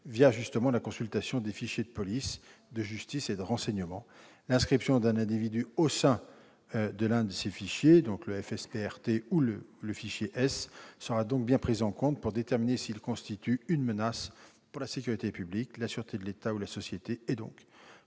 concernés la consultation des fichiers de police, de justice et de renseignement. L'inscription d'un individu au sein de l'un de ces fichiers- le FSPRT ou le fichier S -sera donc bien prise en compte pour déterminer s'il constitue une menace pour la sécurité publique, la sûreté de l'État ou la société et si